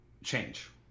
change